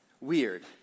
weird